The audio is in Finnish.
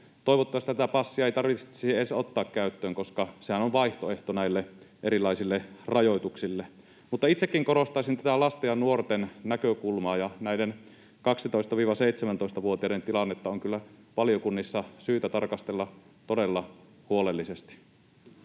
toivottavasti tätä passia ei tarvitsisi edes ottaa käyttöön, koska sehän on vaihtoehto näille erilaisille rajoituksille. Mutta itsekin korostaisin tätä lasten ja nuorten näkökulmaa, ja näiden 12—17-vuotiaiden tilannetta on kyllä valiokunnissa syytä tarkastella todella huolellisesti.